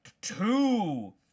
two